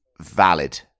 valid